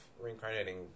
reincarnating